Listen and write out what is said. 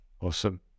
awesome